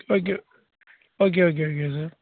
okay okay okay okay sir